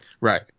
Right